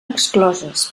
excloses